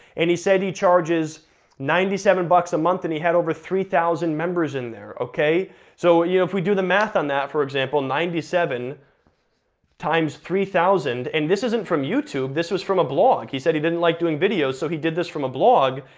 and he said he charges ninety seven bucks a month, and he had over three thousand members in there. so yeah if we do the math on that, for example, ninety seven times three thousand, and this isn't from youtube, this was from a blog, he said he didn't like doing videos, so he did this from a blog,